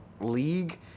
league